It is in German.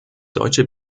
deutsche